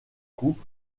coup